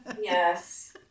yes